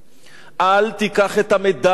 אל תיקח את המדליה הזאת